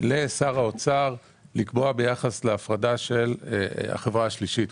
לשר האוצר לקבוע ביחס להפרדה של החברה השלישית.